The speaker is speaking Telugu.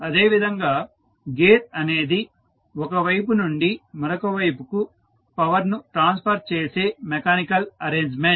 అదేవిధంగా గేర్ అనేది ఒక వైపు నుండి మరొక వైపుకు పవర్ ను ట్రాన్స్ఫర్ చేసే మెకానికల్ అరేంజ్మెంట్